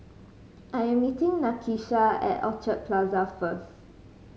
I'm meeting Nakisha at Orchard Plaza first